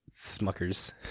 Smuckers